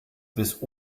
bis